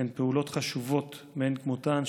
הן פעולות חשובות מאין כמותן,